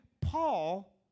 Paul